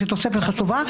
היא תוספת חשובה.